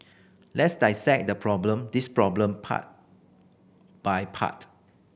let's dissect the problem this problem part by part